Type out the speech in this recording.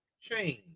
change